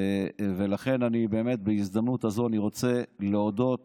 לכן, בהזדמנות הזאת אני רוצה להודות